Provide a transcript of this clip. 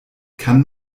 kann